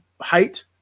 height